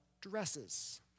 dresses